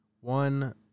one